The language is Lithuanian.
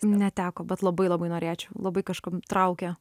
neteko bet labai labai norėčiau labai kažkur traukia